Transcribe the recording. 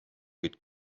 kuid